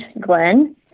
Glenn